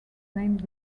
named